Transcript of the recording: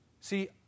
See